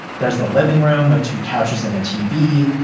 there's the living room with two couches and a tv,